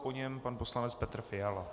Po něm pan poslanec Petr Fiala.